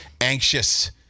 anxious